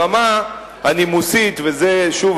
ברמה הנימוסית וזה שוב,